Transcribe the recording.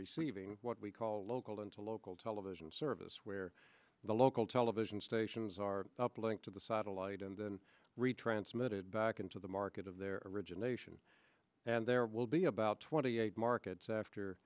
receiving what we call local and a local television service where the local television stations are uplink to the satellite and then retransmitted back into the market of their origination and there will be about twenty eight markets after